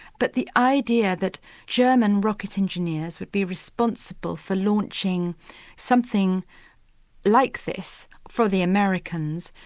but the idea that german rocket engineers would be responsible for launching something like this for the americans,